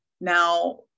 Now